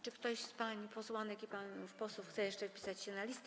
Czy ktoś z pań posłanek i panów posłów chce jeszcze wpisać się na listę?